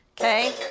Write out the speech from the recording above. Okay